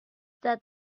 that